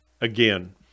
again